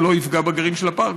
זה לא יפגע בגרעין של הפארק.